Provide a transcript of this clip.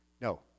No